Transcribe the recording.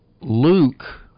Luke